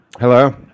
Hello